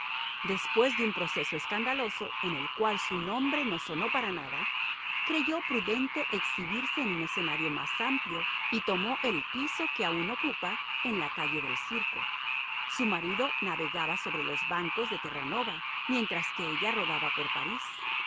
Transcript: después de un proceso escandaloso en el cual su nombre no sonó para nada creyó prudente exhibirse en un escenario más amplio y tomó el piso que aun ocupa en la calle del circo su marido navegaba sobre los bancos de terranova mientras que ella rodaba por parís